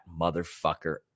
motherfucker